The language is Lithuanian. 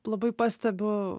labai pastebiu